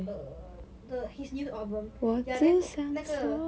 uh the his new album ya then 那个